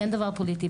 כן דבר פוליטי,